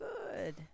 good